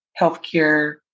Healthcare